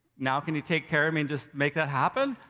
now can you take care of me and just make that happen?